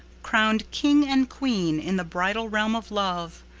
crowned king and queen in the bridal realm of love,